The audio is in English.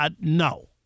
No